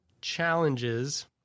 challenges